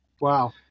Wow